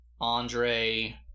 Andre